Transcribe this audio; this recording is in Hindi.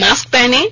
मास्क पहनें